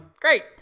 great